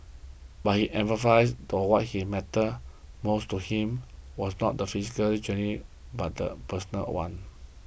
but he emphasised that what he mattered most to him was not the physical journey but the personal one